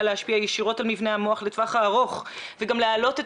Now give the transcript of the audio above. להשפיע ישירות על מבנה המוח לטווח הארוך וגם להעלות את